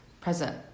Present